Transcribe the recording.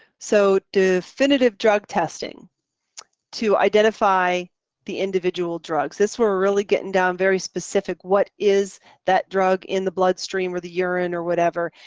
so definitive drug testing to identify the individual drugs. this is where we're really getting down very specific, what is that drug in the blood stream, or the urine, or whatever,